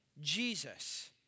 Jesus